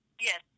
Yes